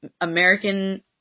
American